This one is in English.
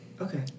okay